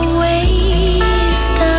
waste